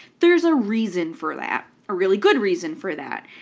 there's a reason for that, a really good reason for that,